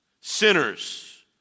sinners